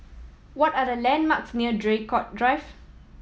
what are the landmarks near Draycott Drive